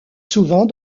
souvent